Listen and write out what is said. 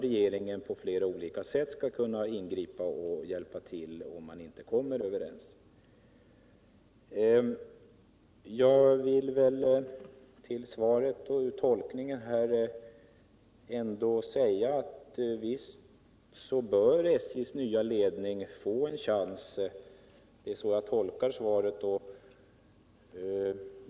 Regeringen skall på flera olika sätt kunna ingripa, om man inte kommer överens. Jag vill angående svaret och tolkningen av detta ändå säga att SJ:s nya ledning bör få en chans.